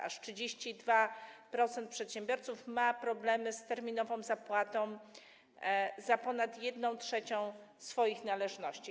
Aż 32% przedsiębiorców ma problemy z terminową zapłatą za ponad 1/3 swoich należności.